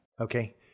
Okay